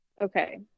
Okay